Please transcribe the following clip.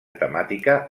temàtica